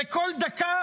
וכל דקה